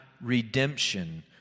redemption